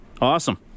Awesome